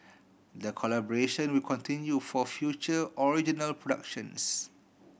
the collaboration will continue for future original productions